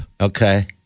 Okay